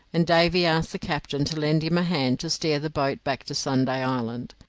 and davy asked the captain to lend him a hand to steer the boat back to sunday island.